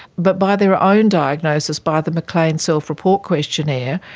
but by their own diagnosis, by the mclean self-report questionnaire,